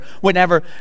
whenever